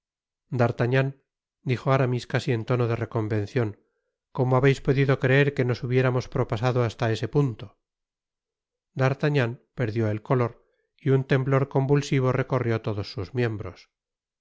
d'artagnan dijo aramis casi en tono de reconvencion como habeis podido creer que nos hubiéramos propasado hasta ese punto d'artagnan perdió el color y un temblor convulsivo recorrió todos sus miembros